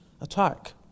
attack